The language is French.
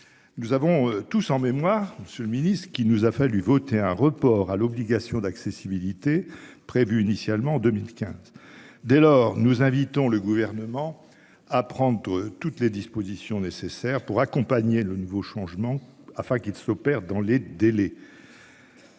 Nous avons tous en mémoire. Monsieur le Ministre qu'il nous a fallu voter un report à l'obligation d'accessibilité, prévue initialement en 2015. Dès lors, nous invitons le gouvernement à prendre toutes les dispositions nécessaires pour accompagner le nouveau changement afin qu'ils s'opère dans les délais.